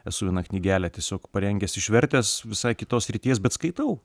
esu vieną knygelę tiesiog parengęs išvertęs visai kitos srities bet skaitau